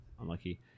Unlucky